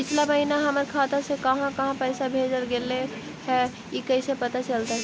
पिछला महिना हमर खाता से काहां काहां पैसा भेजल गेले हे इ कैसे पता चलतै?